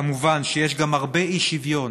כמובן שיש גם הרבה אי-שוויון